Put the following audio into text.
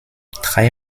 drei